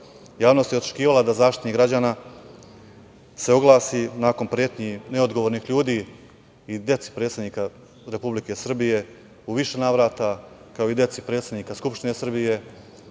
Javnost je očekivala da Zaštitnik građana se oglasi nakon pretnji neodgovornih ljudi i dece predsednika Republike Srbije u više navrata, kao i deci predsednika Skupštine Srbije,